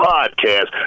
Podcast